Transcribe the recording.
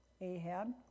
Ahab